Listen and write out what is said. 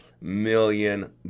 million